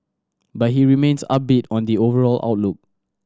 but he remains upbeat on the overall outlook